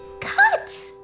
cut